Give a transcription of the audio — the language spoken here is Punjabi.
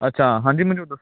ਅੱਛਾ ਹਾਂਜੀ ਮਨਜੋਤ ਦੱਸੋ